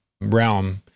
realm